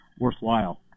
worthwhile